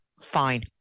fine